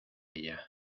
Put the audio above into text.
ella